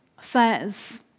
says